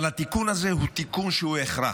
אבל התיקון הזה הוא תיקון שהוא הכרח.